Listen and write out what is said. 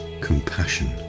compassion